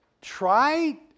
try